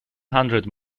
hundred